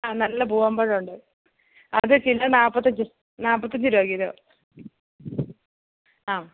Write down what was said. ആ നല്ല പൂവൻ പഴം ഉണ്ട് അത് കിലോ നാൽപ്പത്തഞ്ച് രൂപ നാൽപ്പത്തഞ്ച് രൂപ കിലോ ആ